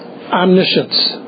omniscience